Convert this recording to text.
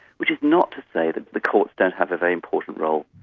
which is not to say that the courts don't have a very important role,